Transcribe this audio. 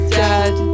dead